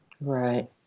right